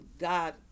God